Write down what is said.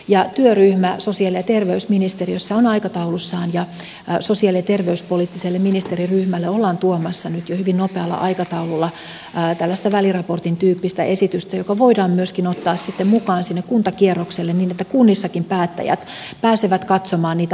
työryhmä sosiaali ja terveysministeriössä on aikataulussaan ja sosiaali ja terveyspoliittiselle ministeriryhmälle ollaan tuomassa nyt jo hyvin nopealla aikataululla tällaista väliraportin tyyppistä esitystä joka voidaan myöskin ottaa sitten mukaan sinne kuntakierrokselle niin että kunnissakin päättäjät pääsevät katsomaan niitä parametrejä